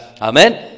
Amen